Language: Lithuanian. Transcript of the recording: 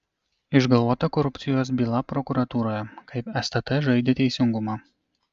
išgalvota korupcijos byla prokuratūroje kaip stt žaidė teisingumą